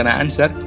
answer